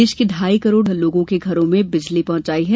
देश के ढाई करोड़ लोगों के घर में बिजली पहुंचाई है